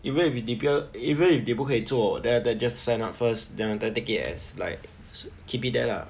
even if 你不要 even if 你不可以做 then after that just sign up first than after that take it as like keep it there lah